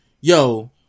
yo